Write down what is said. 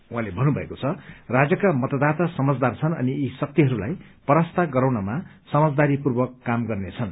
उहाँले भन्नुभएको छ राज्यका मतदाता समझदार छन् अनि यी शक्तिहरूलाई परास्त गराउनमा समझदारीपूर्वक काम गर्नेछन्